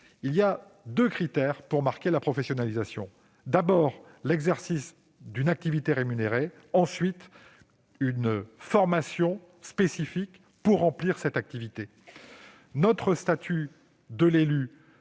deux critères permettent de marquer la professionnalisation : tout d'abord, l'exercice d'une activité rémunérée ; ensuite, une formation spécifique pour remplir cette activité. L'actuel statut de l'élu